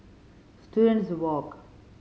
Students Walk